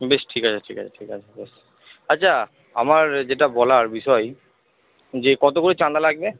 বেশ ঠিক আছে ঠিক আছে ঠিক আছে বেশ আচ্ছা আমার যেটা বলার বিষয় যে কত করে চাঁদা লাগবে